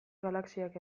galaxiak